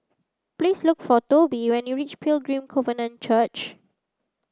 please look for Tobie when you reach Pilgrim Covenant Church